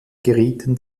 gerieten